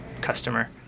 customer